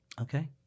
Okay